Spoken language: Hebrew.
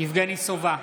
יבגני סובה,